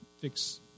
fix